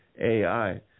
AI